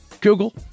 Google